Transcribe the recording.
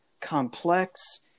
complex